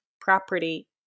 property